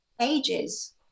ages